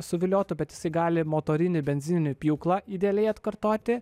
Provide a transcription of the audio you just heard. suviliotų bet jisai gali motorinį benzininį pjūklą idealiai atkartoti